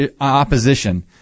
opposition